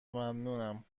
ممنونم